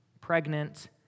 pregnant